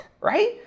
right